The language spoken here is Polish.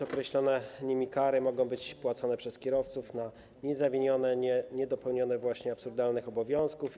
Określone nimi kary mogą być płacone przez kierowców za niezawinione niedopełnienie właśnie absurdalnych obowiązków.